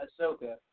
Ahsoka